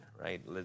right